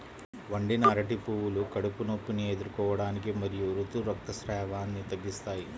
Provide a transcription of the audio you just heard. వండిన అరటి పువ్వులు కడుపు నొప్పిని ఎదుర్కోవటానికి మరియు ఋతు రక్తస్రావాన్ని తగ్గిస్తాయి